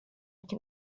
can